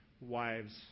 wives